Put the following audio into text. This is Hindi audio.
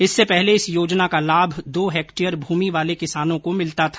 इससे पहले इस योजना का लाभ दो हेक्टयर भूमि वाले किसानों को मिलता था